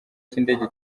cy’indege